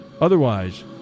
Otherwise